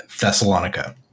Thessalonica